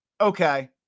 okay